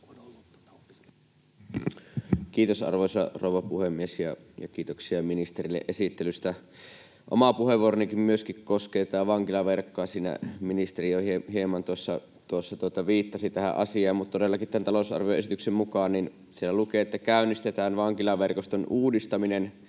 Kiitos, arvoisa rouva puhemies! Ja kiitoksia ministerille esittelystä. Myöskin oma puheenvuoroni koskee tätä vankilaverkkoa. Ministeri jo hieman tuossa viittasi tähän asiaan, mutta todellakin tämän talousarvioesityksen mukaan siellä lukee, että käynnistetään vankilaverkoston uudistaminen